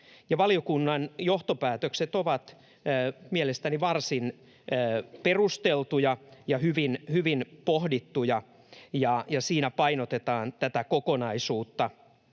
Valiokunnan johtopäätökset ovat mielestäni varsin perusteltuja ja hyvin pohdittuja, ja siinä painotetaan tätä kokonaisuutta: